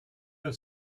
have